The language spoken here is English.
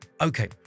okay